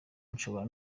nshobora